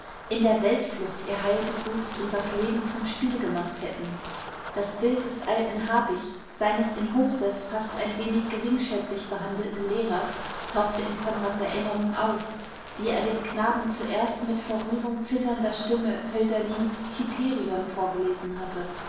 in der weltflucht ihr heil gesucht und das leben zum spiel gemacht hätten das bild des alten habicht seines in hochseß fast ein wenig geringschätzig behandelten lehrers tauchte in konrads erinnerung auf wie er dem knaben zuerst mit vor rührung zitternder stimme hölderlins hyperion vorgelesen hatte